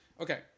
Okay